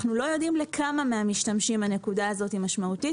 אנחנו לא יודעים לכמה מהמשתמשים הנקודה הזאת היא משמעותית